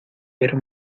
era